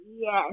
Yes